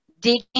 digging